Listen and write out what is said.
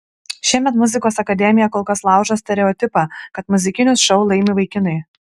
šiemet muzikos akademija kol kas laužo stereotipą kad muzikinius šou laimi vaikinai